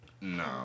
No